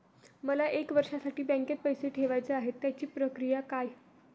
मला एक वर्षासाठी बँकेत पैसे ठेवायचे आहेत त्याची प्रक्रिया काय?